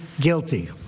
guilty